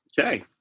Okay